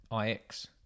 IX